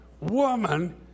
woman